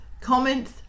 comments